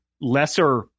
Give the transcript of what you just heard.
lesser